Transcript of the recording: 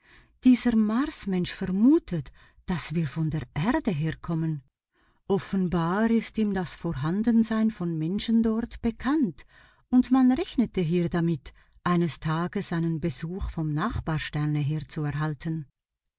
dieser marsmensch vermutet daß wir von der erde her kommen offenbar ist ihm das vorhandensein von menschen dort bekannt und man rechnete hier damit eines tages einen besuch vom nachbarsterne her zu erhalten